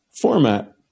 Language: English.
format